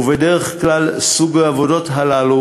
ובדרך כלל העבודות האלה